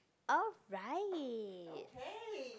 alright